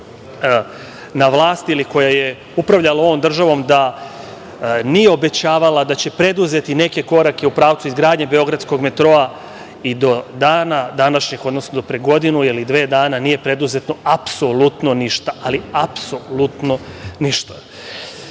na vlasti ili koja je upravljala ovom državom da nije obećavala da će preduzeti neke korake u pravcu izgradnje „Beogradskog metroa“ i do dana današnjeg, odnosno do pre godinu ili dve dana nije preduzeto apsolutno ništa, ali apsolutno ništa. Mi